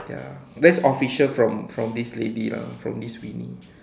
ya that's official from from this lady lah from this Winnie